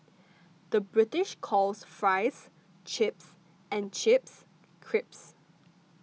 the British calls Fries Chips and Chips Crisps